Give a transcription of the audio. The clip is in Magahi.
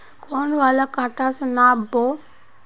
कौन वाला कटा से नाप बो?